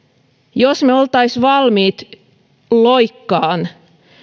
jos me olisimme valmiit loikkaan